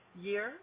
year